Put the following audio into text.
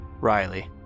Riley